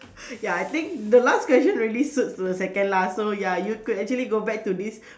ya I think the last question really suits the second last so ya you could actually go back to this